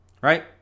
Right